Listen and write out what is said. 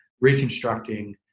reconstructing